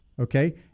okay